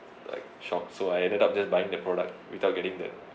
like shocked so I ended up just buying the product without getting the